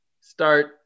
start